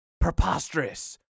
preposterous